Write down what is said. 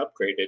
upgraded